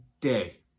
day